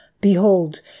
Behold